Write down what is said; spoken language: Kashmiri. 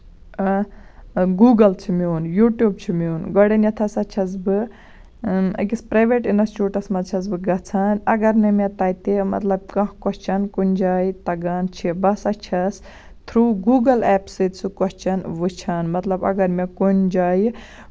آ گوٗگَل چھُ میون یوٗٹوٗب چھُ میون گۄڈٕنیٚتھ ہسا چھَس بہٕ أکِس پریویٹ اِنسچوٗٹَس منٛز چھَس بہٕ گژھان اَگر نہٕ مےٚ تَتہِ مطلب کانٛہہ کوسچن کُنہِ جایہِ تَگان چھِ بہ سا چھَس تھروٗ گوٗگل ایٚپ سۭتۍ سُہ کوسچن وُچھان مطلب اَگر مےٚ کُنہِ جایہِ